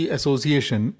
Association